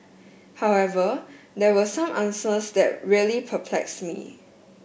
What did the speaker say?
however there were some answers that really perplexed me